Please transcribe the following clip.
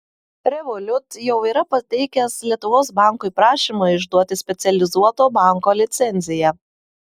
revolut jau yra pateikęs lietuvos bankui prašymą išduoti specializuoto banko licenciją